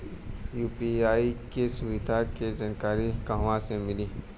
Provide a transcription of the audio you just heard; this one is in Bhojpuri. यू.पी.आई के सुविधा के जानकारी कहवा से मिली?